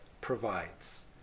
provides